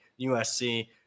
USC